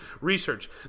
research